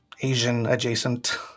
Asian-adjacent